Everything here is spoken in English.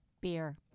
Beer